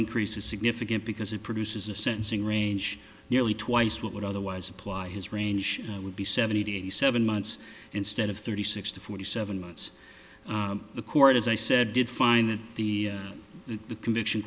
increases significant because it produces a sentencing range nearly twice what would otherwise apply his range would be seventy to eighty seven months instead of thirty six to forty seven months the court as i said did find that the the conviction